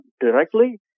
directly